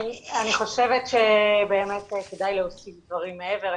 אני חושבת שבאמת כדאי להוסיף דברים מעבר.